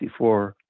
1964